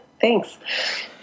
Thanks